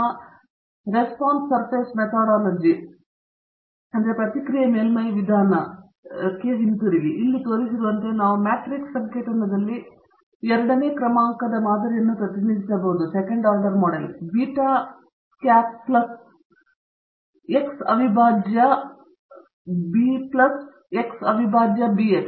ಆದ್ದರಿಂದ ನಮ್ಮ response surface methodology ವಿಧಾನಕ್ಕೆ ಹಿಂತಿರುಗಿ ಇಲ್ಲಿ ತೋರಿಸಿರುವಂತೆ ನಾವು ಮ್ಯಾಟ್ರಿಕ್ಸ್ ಸಂಕೇತನದಲ್ಲಿ ಎರಡನೇ ಕ್ರಮಾಂಕದ ಮಾದರಿಯನ್ನು ಪ್ರತಿನಿಧಿಸಬಹುದು ಬೀಟಾ ಹ್ಯಾಟ್ ಪ್ಲಸ್ x ಅವಿಭಾಜ್ಯ b ಪ್ಲಸ್ x ಅವಿಭಾಜ್ಯ BX